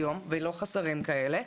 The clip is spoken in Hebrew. ולא חסרים כאלה,